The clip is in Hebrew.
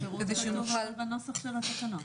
הפירוט שכתוב בנוסח של התקנות.